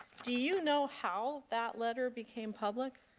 do you know how that letter became public?